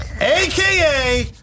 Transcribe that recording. aka